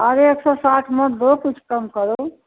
अरे एक सौ साठ में बहुत कुछ कम करो